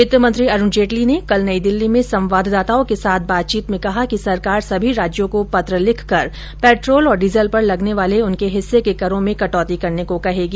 वित्तमंत्री अरुण जेटली ने कल नई दिल्ली में संवाददाताओं के साथ बातचीत में कहा कि सरकार सभी राज्यों को पत्र लिखकर पेट्रोल और डीजल पर लगने वाले उनके हिस्से के करों में कटौती करने को कहेगी